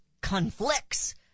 conflicts